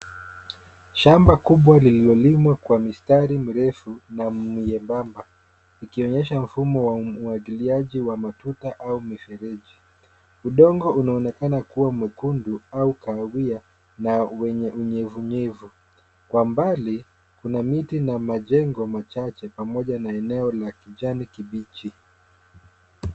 Shamba kubwa lililolimwa kwa mistari mirefu na miembamba ikionyesha mfumo wa umwagiliaji wa matuta au mifereji. Udongo unaonekana kuwa mwekundu au kahawia na wenye unyevunyevu. Kwa mbali, kuna miti na majengo machache pamoja na eneo la kijani kibichi.